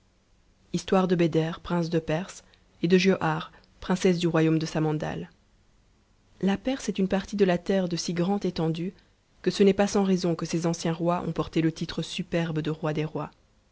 er prtncë de perse et de giauhare princesse du royaume de samandal la perse est une partie de la terre de si grande étendue que ce n'est pas sans raison que ses anciens rois ont porté le titre superbe de rois des mis